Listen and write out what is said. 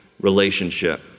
relationship